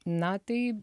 na tai